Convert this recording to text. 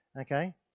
Okay